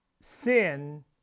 sin